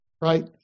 right